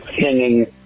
singing